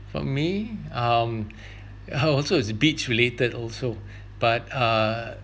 for me um also is a beach related also but uh